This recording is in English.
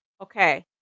Okay